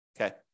okay